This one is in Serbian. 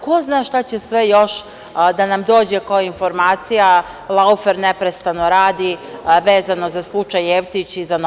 Ko zna šta će sve još da nam dođe kao informacija, Laufer neprestano radi, vezano za slučaj Jevtić i za nova saznanja.